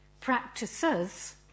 Practices